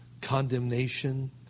condemnation